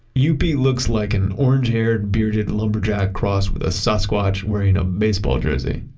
youppi looks like an orange haired bearded lumberjack crossed with a sasquatch wearing a baseball jersey.